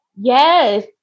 yes